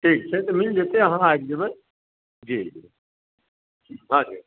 ठीक छै तऽ मिल जयतै अहाँ आबि जयबै जी